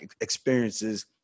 experiences